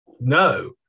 No